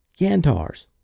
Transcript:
Gantars